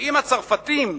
אם הצרפתים,